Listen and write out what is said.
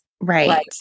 Right